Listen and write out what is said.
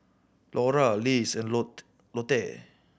Lora Lays and Lot Lotte